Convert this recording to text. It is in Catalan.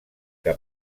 que